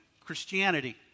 Christianity